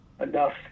enough